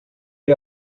ele